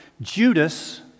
Judas